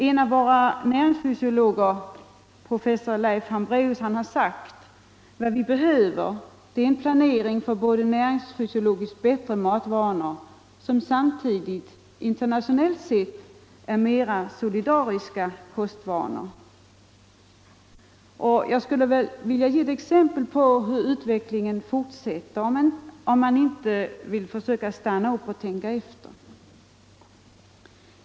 En av våra näringsfysiologer, professor Leif Hambraeus, har sagt: Vad vi behöver är en planering för näringsfysiologiskt bättre matvanor, som samtidigt internationellt sett är mera solidariska kostvanor. Jag vill ge ett exempel på hur utvecklingen fortsätter, om ingen vill försöka stanna upp och tänka efter.